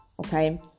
Okay